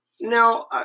Now